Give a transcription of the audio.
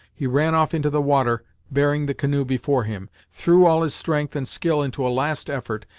he ran off into the water bearing the canoe before him, threw all his strength and skill into a last effort,